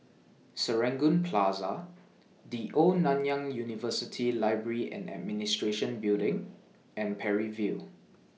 Serangoon Plaza The Old Nanyang University Library and Administration Building and Parry View